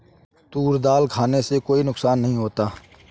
तूर दाल खाने से कोई नुकसान नहीं होता